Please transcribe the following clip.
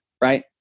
right